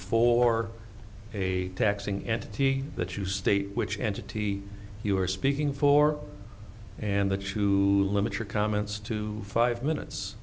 for a taxing entity that you state which entity you are speaking for and the to limit your comments to five minutes